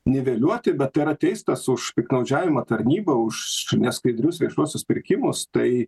niveliuoti bet yra teistas už piktnaudžiavimą tarnyba už neskaidrius viešuosius pirkimus tai